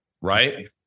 Right